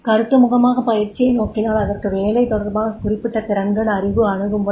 கருத்து முகமாக பயிற்சியை நோக்கினால் அதற்கு வேலை தொடர்பான குறிப்பிட்ட திறன்கள் அறிவு அணுகுமுறை